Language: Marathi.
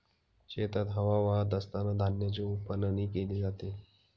शेतात हवा वाहत असतांना धान्याची उफणणी केली जाते